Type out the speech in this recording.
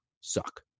suck